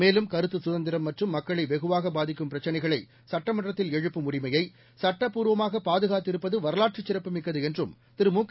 மேலும் கருத்து சுதந்திரம் மற்றும் மக்களை வெகுவாக பாதிக்கும் பிரச்சினைகளை சட்டமன்றத்தில் எழுப்பும் உரிமையை சட்டபூர்வமாக பாதுகாத்திருப்பது வரலாற்றுச் சிறப்புமிக்கது என்றும் திரு முக